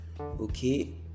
okay